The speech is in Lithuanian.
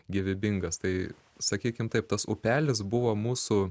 gyvybingas tai sakykim taip tas upelis buvo mūsų